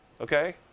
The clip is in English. Okay